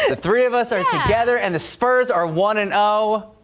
ah three of us are together and the spurs are one and o.